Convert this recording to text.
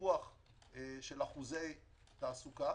ניפוח של אחוזי תעסוקה